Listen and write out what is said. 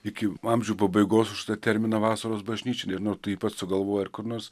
iki amžių pabaigos už tą terminą vasaros bažnyčia nežinau ar tu jį pats sugalvojai ar kur nors